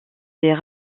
des